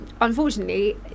unfortunately